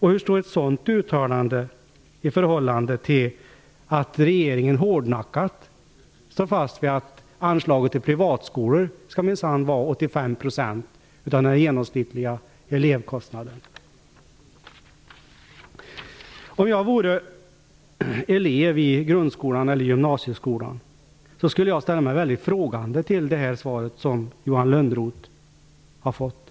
Hur stämmer ett sådant uttalande med förhållandet att regeringen hårdnackat står fast vid att anslaget till privatskolor minsann skall vara 85 % av den genomsnittliga elevkostnaden? Om jag vore elev i grundskolan eller i gymnasieskolan, skulle jag ställa mig väldigt frågande till det svar som Johan Lönnroth har fått.